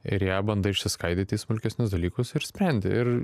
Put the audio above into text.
ir ją bandai išsiskaidyt į smulkesnius dalykus ir sprendi ir